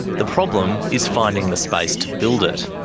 the problem is finding the space to build it.